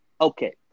Okay